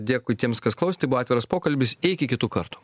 dėkui tiems kas klausė tai buvo atviras pokalbis iki kitų kartų